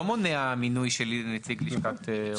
האמור פה לא מונע מינוי של נציג לשכת עורכי הדין,